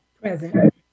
Present